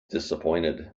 disappointed